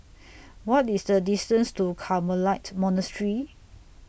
What IS The distance to Carmelite Monastery